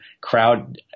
crowd